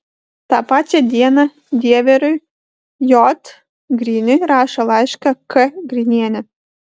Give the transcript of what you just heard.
tą pačią dieną dieveriui j griniui rašo laišką k grinienė